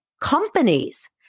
companies